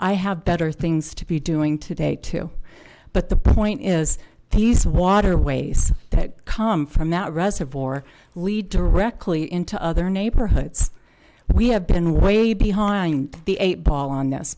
i have better things to be doing today too but the point is he's waterways that come from that reservoir lead directly into other neighborhoods but we have been way behind the eight ball on th